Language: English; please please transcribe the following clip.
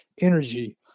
energy